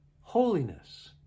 holiness